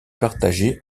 partagée